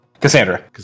cassandra